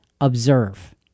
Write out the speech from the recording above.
observe